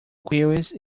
queues